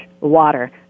water